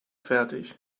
fertig